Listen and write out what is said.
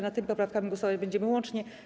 Nad tymi poprawkami głosować będziemy łącznie.